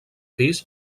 pis